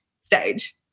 stage